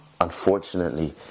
unfortunately